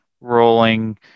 rolling